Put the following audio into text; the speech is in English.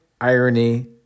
irony